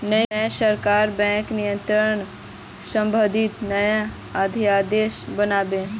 नई सरकार बैंक नियंत्रण संबंधी नया अध्यादेश आन बे